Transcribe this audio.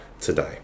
today